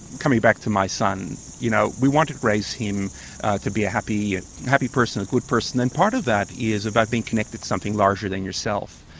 coming back to my son, you know, we want to raise him to be a happy happy person, a good person. and part of that is about being connected to something larger than yourself.